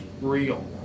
real